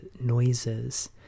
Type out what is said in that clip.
noises